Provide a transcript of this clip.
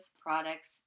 products